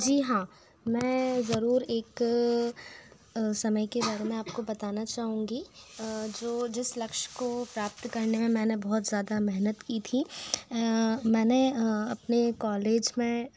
जी हाँ मैं ज़रूर एक समय के बारे में आपको बताना चाहूँगी जो जिस लक्ष्य को प्राप्त करने में मैंने बहुत ज़्यादा मेहनत की थी मैंने अपने कॉलेज में